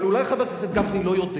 אבל אולי חבר הכנסת גפני לא יודע